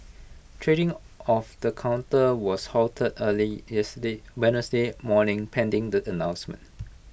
trading of the counter was halted early Wednesday morning pending the announcement